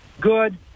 good